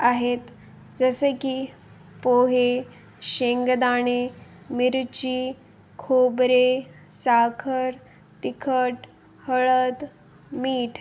आहेत जसे की पोहे शेंगदाणे मिरची खोबरे साखर तिखट हळद मीठ